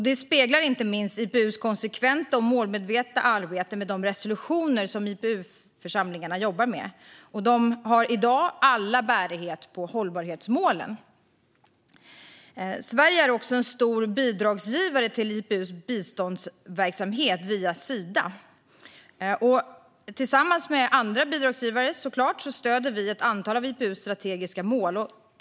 Det speglar inte minst IPU:s konsekventa och målmedvetna arbete med de resolutioner som IPU-församlingar jobbar med. I dag har de alla bärighet på hållbarhetsmålen. Sverige är en stor bidragsgivare till IPU:s biståndsverksamhet via Sida. Tillsammans med andra bidragsgivare stöder vi ett antal av IPU:s strategiska mål.